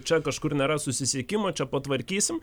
čia kažkur nėra susisiekimo čia patvarkysim